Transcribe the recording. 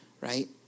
right